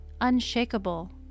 unshakable